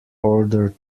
order